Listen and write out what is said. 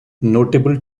notable